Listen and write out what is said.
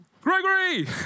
Gregory